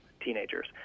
teenagers